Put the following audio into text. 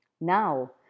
Now